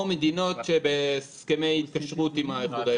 מדינות שבהסכמי התקשרות עם האיחוד האירופאי.